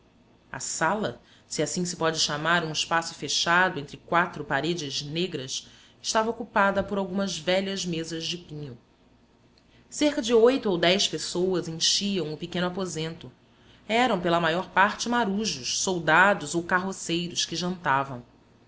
a sala se assim se pode chamar um espaço fechado entre quatro paredes negras estava ocupada por algumas velhas mesas de pinho cerca de oito ou dez pessoas enchiam o pequeno aposento eram pela maior parte marujos soldados ou carroceiros que jantavam